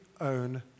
own